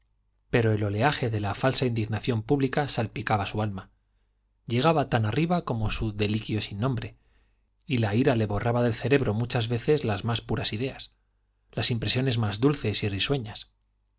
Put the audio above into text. pero el oleaje de la falsa indignación pública salpicaba su alma llegaba tan arriba como su deliquio sin nombre y la ira le borraba del cerebro muchas veces las más puras ideas las impresiones más dulces y risueñas